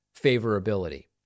favorability